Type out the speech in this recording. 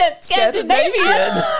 Scandinavian